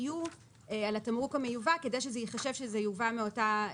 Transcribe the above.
EU התמרוק המיובא כדי שזה ייחשב שזה יובא מאותה,